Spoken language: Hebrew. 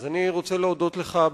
תודה רבה.